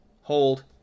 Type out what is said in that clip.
hold